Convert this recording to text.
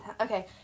Okay